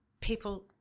people